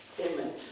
Amen